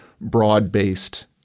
broad-based